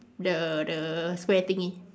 the the square thingy